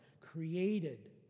created